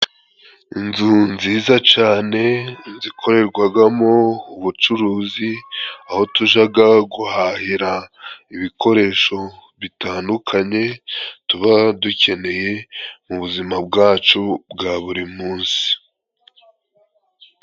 Inzu nziza cane, inzu ikorerwagamo ubucuruzi, aho tujaga guhahira ibikoresho bitandukanye tuba dukeneye, mu buzima bwacu bwa buri munsi.